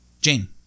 Jane